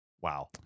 Wow